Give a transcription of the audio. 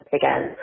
again